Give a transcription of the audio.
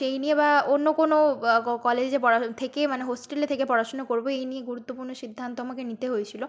সেই নিয়ে বা অন্য কোনও কলেজে পড়া থেকে মানে হোস্টেলে থেকে পড়াশোনা করবো এই নিয়ে গুরুত্বপূর্ণ সিদ্ধান্ত আমাকে নিতে হয়েছিল